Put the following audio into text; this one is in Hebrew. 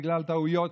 בגלל טעויות,